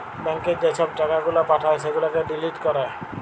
ব্যাংকে যে ছব টাকা গুলা পাঠায় সেগুলাকে ডিলিট ক্যরে